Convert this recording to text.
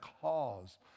cause